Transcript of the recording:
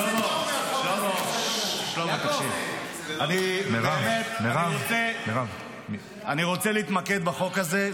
שלמה, תקשיב, אני באמת רוצה להתמקד בחוק הזה.